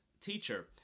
teacher